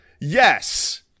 Yes